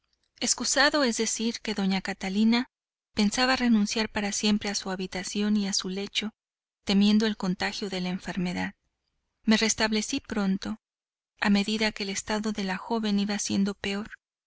excusado es decir que doña catalina pensaba renunciar para siempre a su habitación y a su lecho temiendo el contagio de la enfermedad me restablecí pronto a medida que el estado de la joven iba siendo peor